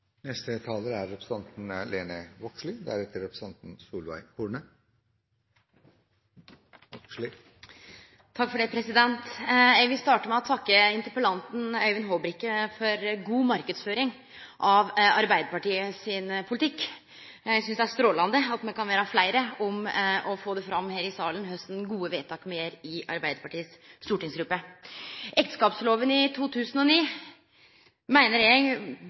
Eg vil starte med å takke interpellanten Øyvind Håbrekke for god marknadsføring av Arbeidarpartiets politikk. Eg synest det er strålande at me kan vere fleire om å få fram her i salen kor gode vedtak me gjer i Arbeidarpartiets stortingsgruppe. Ekteskapsloven i 2009 meiner